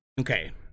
Okay